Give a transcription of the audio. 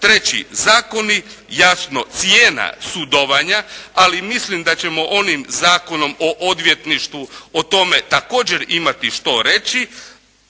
treći zakoni, jasno cijena sudovanja, ali mislim da ćemo onim Zakonom o odvjetništvu također imati što reći,